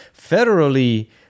federally